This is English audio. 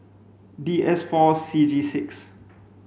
D S four C G six